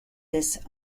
this